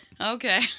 okay